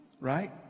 right